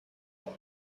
for